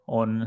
on